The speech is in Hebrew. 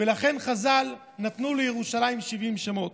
ולכן חז"ל נתנו לירושלים 70 שמות.